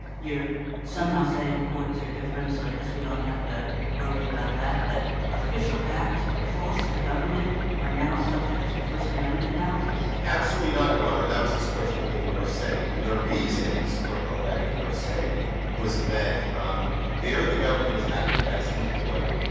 you're somehow saying courts are different, so i guess we don't have to worry about that, but official acts across the government are now subject to first amendment analysis? rosenkranz absolutely not, your honor, and that was this court's holding in garcetti. and the reason this court held that in garcetti was that there the government is acting as employer.